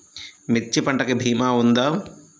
మిర్చి పంటకి భీమా ఉందా?